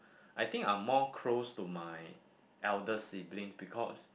I think I'm more close to my elder siblings because